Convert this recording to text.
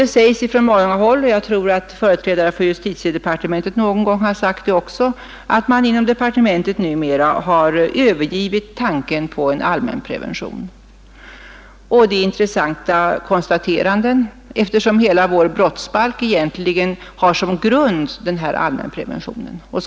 Det sägs från många håll — jag tror att företrädare för justitiedepartementet någon gång också har sagt det — att man inom departementet numera har övergivit tanken på allmänprevention. Det är intressanta konstateranden, eftersom hela vår brottsbalk egentligen har allmänpreventionen som grund.